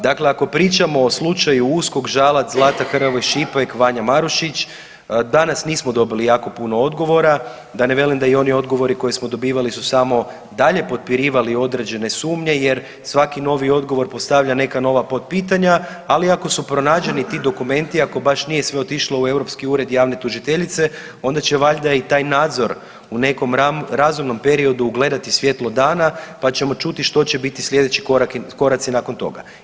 Dakle, ako pričamo o slučaju USKOK-Žalac, Zlata Hrvoj Šipek-Vanja Marušić danas nismo dobili jako puno odgovora da ne velim da i oni odgovori koje smo dobivali su samo dalje potpirivali određene sumnje jer svaki novi odgovor postavlja neka nova potpitanja, ali ako su pronađeni ti dokumenti, ako baš nije sve otišlo u Europski ured javne tužiteljice onda će valjda i taj nadzor u nekom razumnom periodu ugledati svjetlo dana pa ćemo čuti što će biti sljedeći koraci nakon toga.